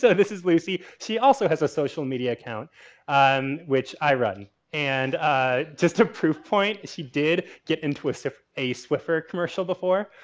so this is lucy. she also has a social media account um which i run. and just a proof point is she did get into a swiffer a swiffer commercial before,